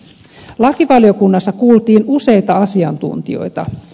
lakivaliokunnassa kuultiin useita asiantuntijoita